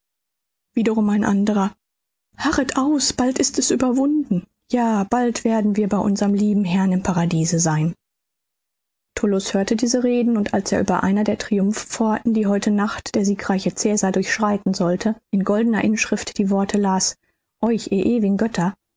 wiederum ein anderer harret aus bald ist's überwunden ja bald werden wir bei unserm lieben herrn im paradiese sein tullus hörte diese reden und als er über einer der triumphpforten die heute nacht der siegreiche cäsar durchschreiten sollte in goldener inschrift die worte las euch ihr ewigen götter